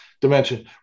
Dimension